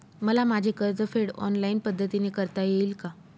मला माझे कर्जफेड ऑनलाइन पद्धतीने करता येईल का?